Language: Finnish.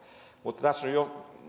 mutta tässä on jo